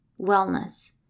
wellness